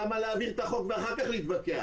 למה להעביר את החוק ואחר כך להתווכח?